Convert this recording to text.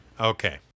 Okay